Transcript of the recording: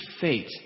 fate